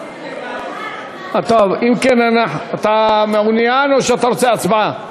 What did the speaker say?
אתה מעוניין או שאתה רוצה הצבעה?